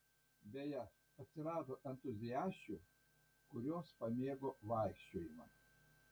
beje atsirado entuziasčių kurios pamėgo vaikščiojimą